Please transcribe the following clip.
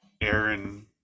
Aaron